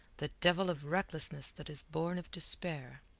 the devil of recklessness that is born of despair.